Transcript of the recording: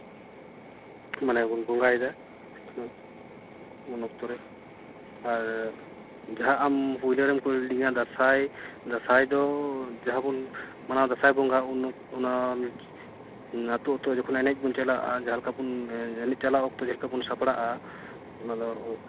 ᱢᱟᱱᱮ ᱵᱚᱱ ᱵᱚᱸᱜᱟᱭᱫᱟ ᱩᱱ ᱚᱠᱛᱚ ᱨᱮ ᱟᱨ ᱡᱟᱦᱟᱸ ᱟᱢ ᱯᱳᱭᱞᱳ ᱨᱮᱢ ᱠᱩᱞᱤ ᱞᱤᱫᱤᱧᱟ ᱫᱟᱸᱥᱟᱭ ᱫᱟᱸᱥᱟᱭ ᱫᱚ ᱡᱟᱦᱟᱸᱵᱚᱱ ᱢᱟᱱᱟᱣ ᱫᱟᱸᱥᱟᱭ ᱵᱚᱸᱜᱟ ᱩᱱ ᱚᱱᱟ ᱟᱹᱛᱩ ᱟᱹᱛᱩ ᱡᱚᱠᱷᱚᱱ ᱮᱱᱮᱡ ᱵᱚᱱ ᱪᱟᱞᱟᱜᱼᱟ ᱪᱟᱞᱟᱣ ᱚᱠᱛᱚ ᱡᱟᱦᱟᱸᱞᱮᱠᱟ ᱵᱚᱱ ᱥᱟᱯᱲᱟᱜᱼᱟ ᱡᱮᱢᱚᱱ